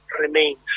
remains